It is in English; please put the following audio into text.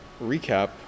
recap